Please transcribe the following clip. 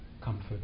comfort